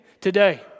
today